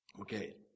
Okay